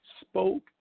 spoke